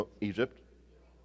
Egypt